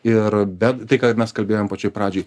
ir bet tai ką mes kalbėjom pačioj pradžioj